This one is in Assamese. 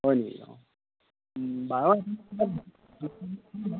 হয় নি